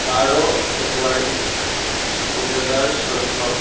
বাৰ ফেব্ৰুৱাৰী দুহেজাৰ চৈধ্য